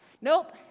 nope